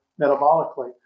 metabolically